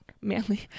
manly